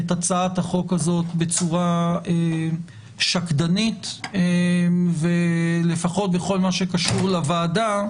את הצעת החוק הזאת בצורה שקדנית ולפחות בכל מה שקשור לוועדה,